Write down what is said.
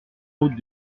route